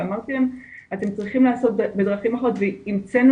ואמרתי להם 'אתם צריכים לעשות בדרכים אחרות' והמצאנו